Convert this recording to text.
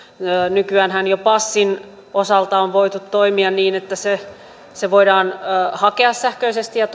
nykyäänhän jo passin osalta on voitu toimia niin että sitä voidaan hakea sähköisesti ja